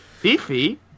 Fifi